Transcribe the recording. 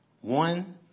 One